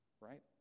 right